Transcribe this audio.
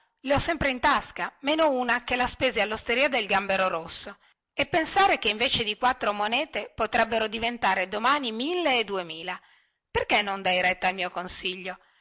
le ho sempre in tasca meno una che la spesi allosteria del gambero rosso e pensare che invece di quattro monete potrebbero diventare domani mille e duemila perché non dai retta al mio consiglio